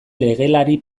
legelari